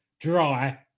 dry